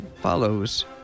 follows